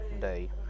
day